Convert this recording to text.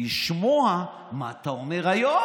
לשמוע מה אתה אומר היום